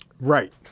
Right